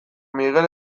miguel